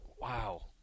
Wow